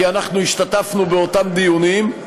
כי אנחנו השתתפנו באותם דיונים,